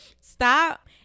Stop